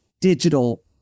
digital